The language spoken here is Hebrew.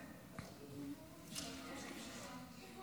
ההצעה להעביר את הצעת חוק התוכנית הכלכלית (תיקוני